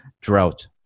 drought